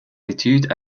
études